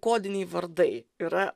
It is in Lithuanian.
kodiniai vardai yra